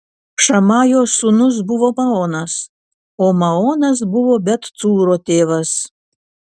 šamajo sūnus buvo maonas o maonas buvo bet cūro tėvas